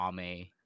Ame